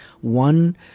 one